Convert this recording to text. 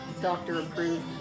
doctor-approved